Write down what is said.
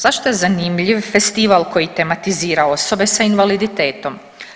Zašto je zanimljiv festival koji tematizira osobe s invaliditetom?